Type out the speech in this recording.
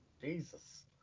Jesus